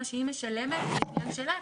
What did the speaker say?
מה שהיא משלמת זה עניין שלה,